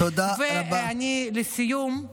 לסיום,